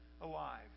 alive